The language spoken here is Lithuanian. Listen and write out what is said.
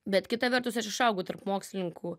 bet kita vertus aš užaugau tarp mokslininkų